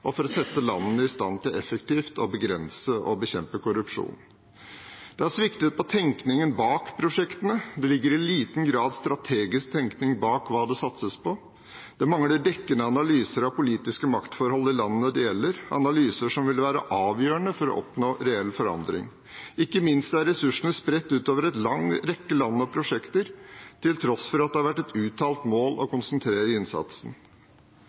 for å sette landene i stand til effektivt å begrense og bekjempe korrupsjon. Det har sviktet på tenkningen bak prosjektene. Det ligger i liten grad strategisk tenkning bak hva det satses på. Det mangler dekkende analyser av politiske maktforhold i landene det gjelder – analyser som ville være avgjørende for å oppnå reell forandring. Ikke minst er ressursene spredt utover en lang rekke land og prosjekter til tross for at det har vært et uttalt mål å konsentrere innsatsen.